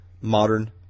modern